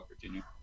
Virginia